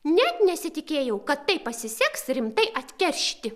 net nesitikėjau kad taip pasiseks rimtai atkeršyti